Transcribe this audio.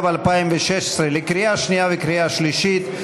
התשע"ו 2016, קריאה שנייה וקריאה שלישית.